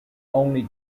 only